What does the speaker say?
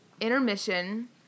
intermission